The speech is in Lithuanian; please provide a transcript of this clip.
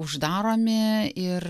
uždaromi ir